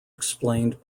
explained